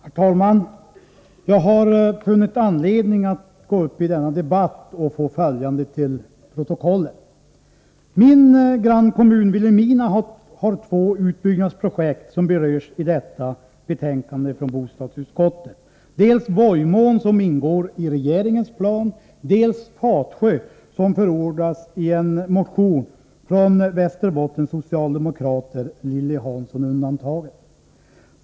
Herr talman! Jag har funnit anledning att gå upp i denna debatt för att få följande till protokollet. Min grannkommun Vilhelmina har två utbyggnadsprojekt som berörs i detta betänkande från bostadsutskottet, dels Vojmån som ingår i regeringens plan, dels Fatsjö som förordas i en motion från Västerbottens socialdemokrater, Lilly Hansson undantagen.